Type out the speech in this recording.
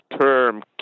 term